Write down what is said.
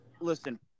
listen